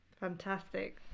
fantastic